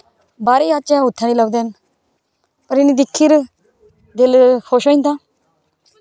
बाह्रे जाच्चै उत्थें लब्भदे न